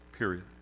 Period